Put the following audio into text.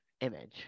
image